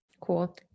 Cool